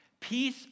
peace